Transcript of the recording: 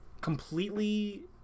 completely